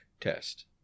test